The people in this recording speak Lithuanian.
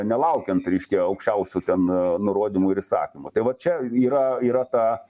nelaukiant reiškia aukščiausių ten nurodymų ir įsakymų tai vat čia yra yra ta